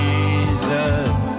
Jesus